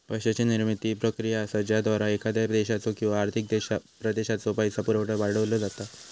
पैशाची निर्मिती ही प्रक्रिया असा ज्याद्वारा एखाद्या देशाचो किंवा आर्थिक प्रदेशाचो पैसो पुरवठा वाढवलो जाता